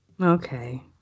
Okay